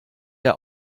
der